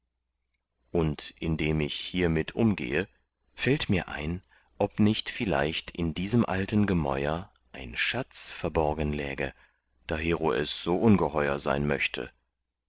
und indem ich hiermit umgehe fällt mir ein ob nicht vielleicht in diesem alten gemäur ein schatz verborgen läge dahero es so ungeheur sein möchte